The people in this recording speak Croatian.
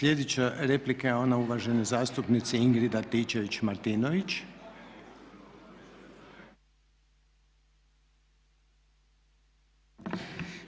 Sljedeća replika je ona uvažene zastupnice Ingrid Antičević Marinović.